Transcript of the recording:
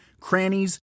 crannies